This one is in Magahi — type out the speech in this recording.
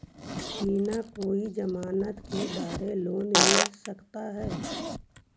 बिना कोई जमानत के बड़ा लोन मिल सकता है?